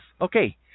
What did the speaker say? Okay